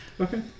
Okay